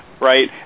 right